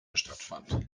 stattfand